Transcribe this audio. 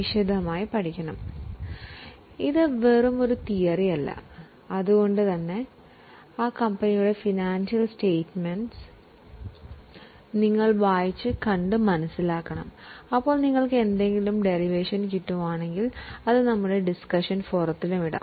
ഞങ്ങൾ പഠിപ്പിക്കുന്നതിൽ എന്തെങ്കിലും മാറ്റം നിങ്ങൾ കണ്ടെത്തിയാൽ അല്ലെങ്കിൽ കൂടുതൽ ചർച്ച ചെയ്യാനുണ്ടെന്ന് നിങ്ങൾക്ക് തോന്നുന്നുവെങ്കിൽ ദയവായി ഇത് ഞങ്ങളുടെ ചർച്ചാ ഫോറത്തിൽ ഇടുക